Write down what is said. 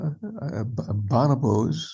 bonobos